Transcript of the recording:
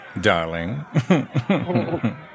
Darling